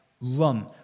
run